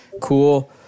cool